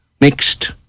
Mixed